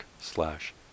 slash